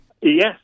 Yes